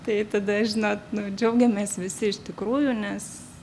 tai tada žinot nu džiaugiamės visi iš tikrųjų nes